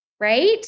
right